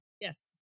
yes